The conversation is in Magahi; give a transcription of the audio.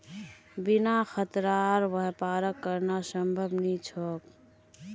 बिना खतरार व्यापार करना संभव नी छोक